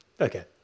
Okay